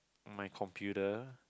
my computer